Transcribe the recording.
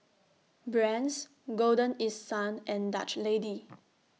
Brand's Golden East Sun and Dutch Lady